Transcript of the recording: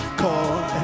call